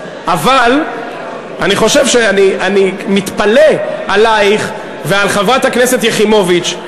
אבל אני חושב שאני מתפלא עלייך ועל חברת הכנסת יחימוביץ,